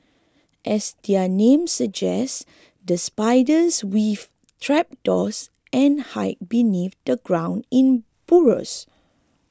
as their name suggests these spiders weave trapdoors and hide beneath the ground in burrows